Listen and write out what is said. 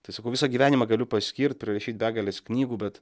tai sakau visą gyvenimą galiu paskirt prirašyt begales knygų bet